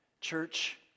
Church